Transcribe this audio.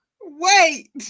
Wait